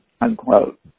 unquote